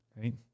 right